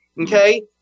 okay